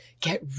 get